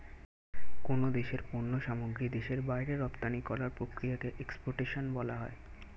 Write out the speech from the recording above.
কোন দেশের পণ্য সামগ্রী দেশের বাইরে রপ্তানি করার প্রক্রিয়াকে এক্সপোর্টেশন বলা হয়